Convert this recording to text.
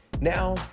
Now